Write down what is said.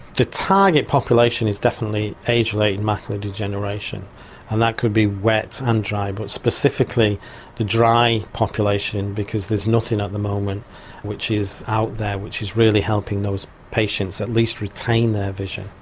the target population is definitely age related macular degeneration and that could be wet and dry but specifically the dry population because there's nothing at the moment which is out there which is really helping those patients at least retain their vision.